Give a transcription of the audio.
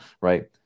right